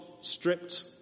stripped